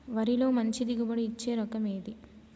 వరిలో మంచి దిగుబడి ఇచ్చే రకం ఏది?